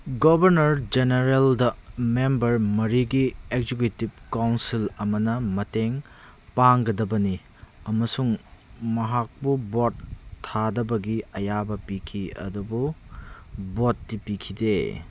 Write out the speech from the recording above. governor ꯖꯦꯅꯦꯔꯦꯜꯗ member ꯃꯔꯤꯒꯤ executive council ꯑꯃꯅ ꯃꯇꯦꯡ ꯄꯥꯡꯒꯗꯕꯅꯤ ꯑꯃꯁꯨꯡ ꯃꯍꯥꯛꯄꯨ ꯚꯣꯠ ꯊꯥꯗꯕꯒꯤ ꯑꯌꯥꯕ ꯄꯤꯈꯤ ꯑꯗꯨꯕꯨ ꯚꯣꯠꯇꯤ ꯄꯤꯈꯤꯗꯦ